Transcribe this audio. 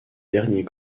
derniers